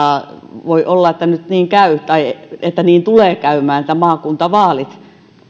voi olla että nyt niin käy tai että niin tulee käymään että maakuntavaalit